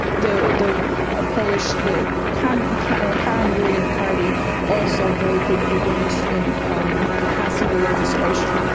the the ah polish the kind of current ruling party also voted against and um passing the legislation